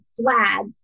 flag